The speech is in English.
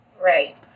Right